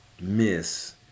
miss